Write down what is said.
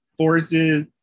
Forces